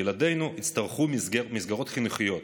ילדינו יצטרכו מסגרות חינוכיות,